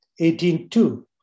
18.2